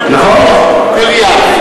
מליאה.